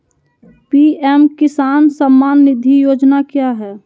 PM किसान सम्मान निधि योजना क्या है?